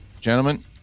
Gentlemen